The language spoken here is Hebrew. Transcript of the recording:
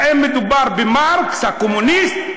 האם מדובר במרקס הקומוניסט?